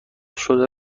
شده